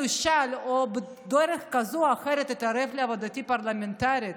ישאל או בדרך כזו או אחרת יתערב בעבודתי הפרלמנטרית.